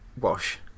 Wash